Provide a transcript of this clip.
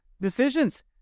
decisions